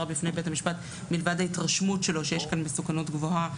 בפני בית המשפט מלבד ההתרשמות שלו שיש כאן מסוכנות גבוהה,